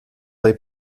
bei